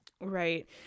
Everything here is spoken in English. Right